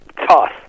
Toss